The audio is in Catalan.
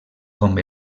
com